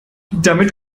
damit